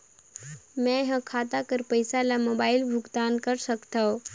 मैं ह खाता कर पईसा ला मोबाइल भुगतान कर सकथव?